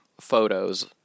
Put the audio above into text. photos